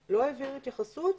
לא העביר התייחסות,